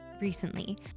recently